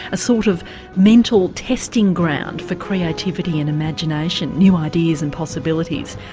a sort of mental testing ground for creativity and imagination, new ideas and possibilities.